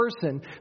person